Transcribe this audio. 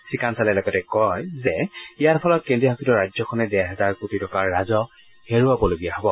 শ্ৰীকাঞ্চালে লগতে কয় যে ইয়াৰ ফলত কেন্দ্ৰীয়শাসিত ৰাজ্যখনে ডেৰ হেজাৰ কোটি টকাৰ ৰাজহ হেৰুৱাবলগীয়া হ'ব